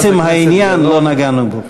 עצם העניין, לא נגענו בו.